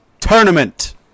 Tournament